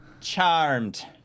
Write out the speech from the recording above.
Charmed